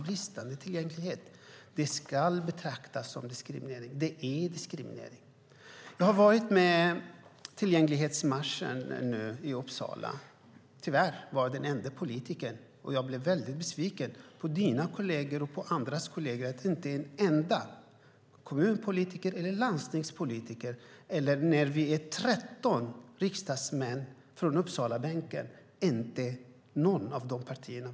Bristande tillgänglighet ska betraktas som diskriminering. Det är diskriminering. Jag har varit med i tillgänglighetsmarschen i Uppsala. Tyvärr var jag den enda politikern. Jag blev väldigt besviken på dina kolleger och på andra kolleger. Inte en enda kommunpolitiker eller landstingspolitiker var där. Vi är 13 riksdagsmän från Uppsalabänken, men inte någon av dem var med.